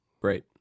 Great